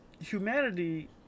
humanity